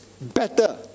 better